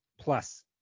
plus